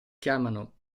chiamano